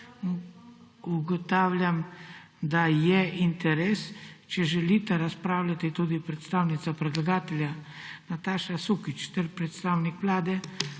Ugotavljam, da je interes. Če želita razpravljati tudi predstavnica predlagatelja Nataša Sukič ter predstavnik Vlade,